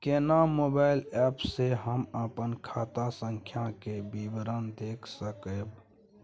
केना mobile app से हम अपन खाता संख्या के विवरण देख सकब?